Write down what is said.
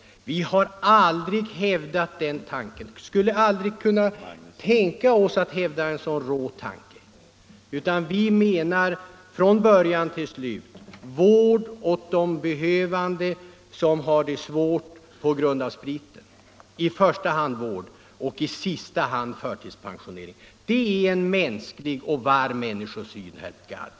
Vi har aldrig hävdat något sådant och skulle aldrig kunna tänka oss att föra fram en så rå synpunkt. Vi menar från början till slut: I första hand vård åt de behövande som har det svårt på grund av spriten och i sista hand förtidspensionering. Det är en mänsklig och varm människosyn, herr Gadd.